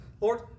Lord